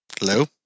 Hello